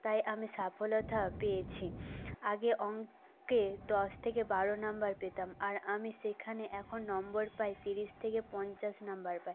তাই আমি সফলতা পেয়েছি আগে অঙ্কে দশ থেকে বারো নাম্বার পেতাম আর আমি সেখানে এখন নম্বর পাই তিরিশ থেকে পঞ্চাশ নাম্বার পাই